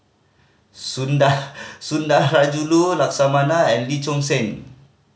Sunda Sundarajulu Lakshmana and Lee Choon Seng